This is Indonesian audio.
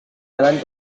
jalan